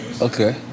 okay